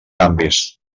canvis